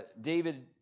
David